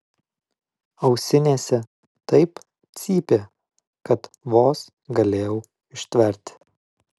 ausinėse taip cypė kad vos galėjau ištverti